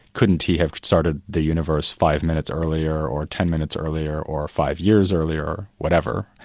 couldn't he have started the universe five minutes earlier, or ten minutes earlier, or five years earlier, whatever.